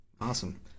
Awesome